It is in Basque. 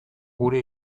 gure